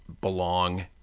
belong